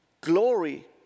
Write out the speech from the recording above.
glory